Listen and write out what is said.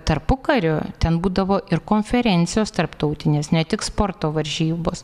tarpukariu ten būdavo ir konferencijos tarptautinės ne tik sporto varžybos